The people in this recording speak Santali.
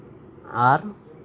ᱟᱨ